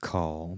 Call